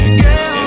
girl